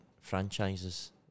franchises